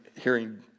hearing